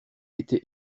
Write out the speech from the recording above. été